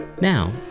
Now